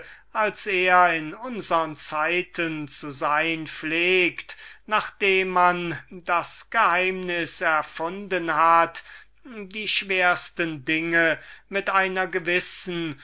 als er in unsern zeiten zu sein pflegt nachdem man das geheimnis erfunden hat die schweresten dinge mit einer gewissen